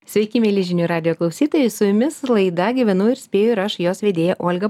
sveiki mieli žinių radijo klausytojai su jumis laida gyvenu ir spėju ir aš jos vedėja olga